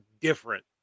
different